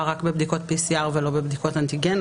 רק בבדיקות PCR ולא בבדיקות אנטיגן.